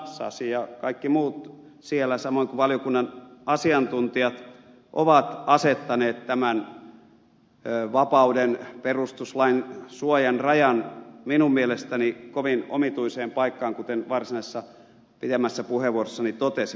sasi ja kaikki muut siellä samoin kuin valiokunnan asiantuntijat on asettanut tämän vapauden perustuslain suojan rajan minun mielestäni kovin omituiseen paikkaan kuten varsinaisessa pidemmässä puheenvuorossani totesin